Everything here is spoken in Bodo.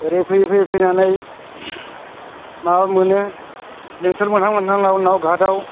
ओरै फैयै फैयै फैनानै माबा मोनो बेंथल मोनहां मोनहांआव नावघाथआव